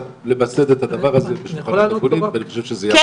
אבל למסד את הדבר הזה בשביל שנוכל ואני חושב שזה הדרך.